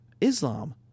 Islam